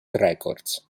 records